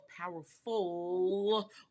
Powerful